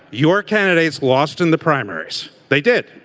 your candidates lost and the primaries. they did.